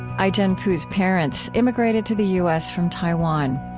ai-jen poo's parents immigrated to the u s. from taiwan.